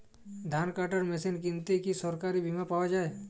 ধান কাটার মেশিন কিনতে কি সরকারী বিমা পাওয়া যায়?